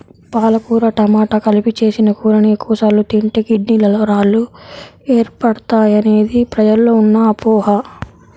పాలకూర టమాట కలిపి చేసిన కూరని ఎక్కువ సార్లు తింటే కిడ్నీలలో రాళ్లు ఏర్పడతాయనేది ప్రజల్లో ఉన్న అపోహ